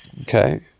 okay